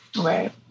Right